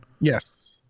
yes